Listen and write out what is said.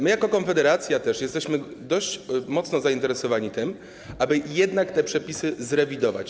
My jako Konfederacja jesteśmy dość mocno zainteresowani tym, aby jednak te przepisy zrewidować.